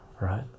right